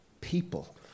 people